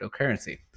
cryptocurrency